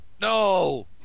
No